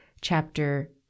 chapter